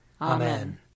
Amen